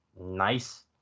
nice